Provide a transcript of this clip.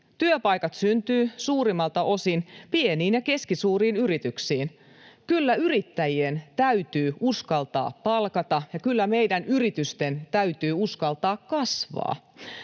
työpaikat syntyvät suurimmalta osin pieniin ja keskisuuriin yrityksiin. Kyllä yrittäjien täytyy uskaltaa palkata, ja kyllä meidän yritysten täytyy uskaltaa kasvaa.